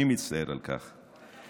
אני מצטער על כך.